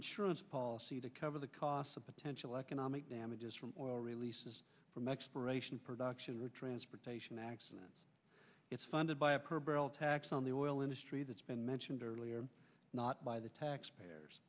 insurance policy to cover the costs of potential economic damages from oil release from exploration production or transportation accidents it's funded by a per barrel tax on the oil industry that's been mentioned earlier not by the taxpayers